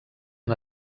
han